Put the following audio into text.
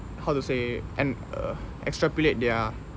how to say and uh extrapolate their